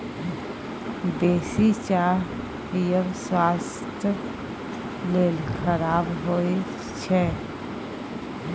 बेसी चाह पीयब स्वास्थ्य लेल खराप होइ छै